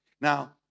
Now